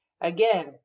Again